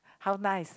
how nice